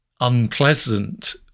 unpleasant